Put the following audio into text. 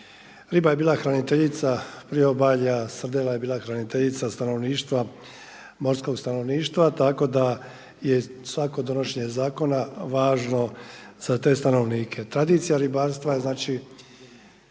Riba je bila hraniteljica priobalja, srdela je bila hraniteljica stanovništva, morskog stanovništva tako da je svako donošenje zakona važno za te stanovnike. Tradicija ribarstva je znači